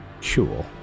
Sure